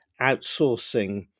outsourcing